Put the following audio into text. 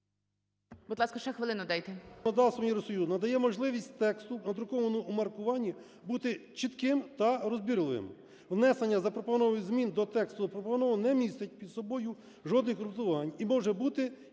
Будь ласка, ще хвилину дайте.